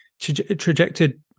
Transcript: trajected